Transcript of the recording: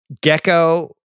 Gecko